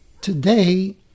today